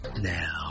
Now